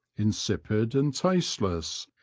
insipid and tasteless,